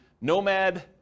Nomad